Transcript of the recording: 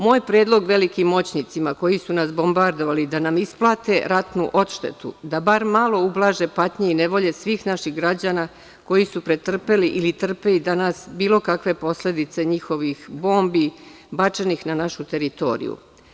Moj predlog velikim moćnicima koji su nas bombardovali, da nam isplate ratnu odštetu, da bar malo ublaže patnje i nevolje svih naših građana koji su pretrpeli ili trpe i danas bilo kakve posledice njihovih bombi, bačenih na našu teritoriju.